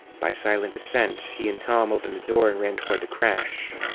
by silent assent, he and tom opened the door and ran toward the crash,